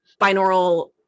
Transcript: binaural